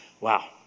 wow